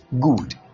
Good